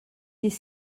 des